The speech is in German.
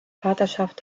vaterschaft